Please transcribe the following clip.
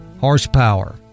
horsepower